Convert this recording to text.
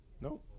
no